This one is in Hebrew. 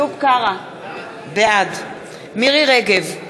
בעד מירי רגב,